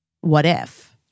what-if